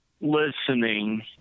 listening